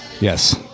Yes